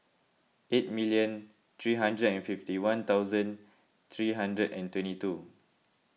eight million three hundred and fifty one thousand three hundred and twenty two